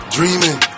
Dreaming